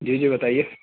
جی جی بتائیے